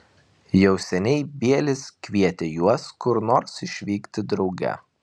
jau seniai bielis kvietė juos kur nors išvykti drauge